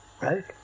Right